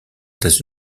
états